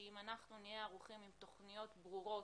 שאם אנחנו נהיה ערוכים עם תכניות ברורות